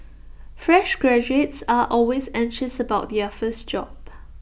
fresh graduates are always anxious about their first job